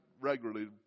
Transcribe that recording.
regularly